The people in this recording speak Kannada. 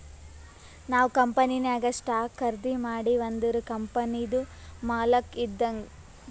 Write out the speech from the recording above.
ನಾವ್ ಕಂಪನಿನಾಗ್ ಸ್ಟಾಕ್ ಖರ್ದಿ ಮಾಡಿವ್ ಅಂದುರ್ ಕಂಪನಿದು ಮಾಲಕ್ ಇದ್ದಂಗ್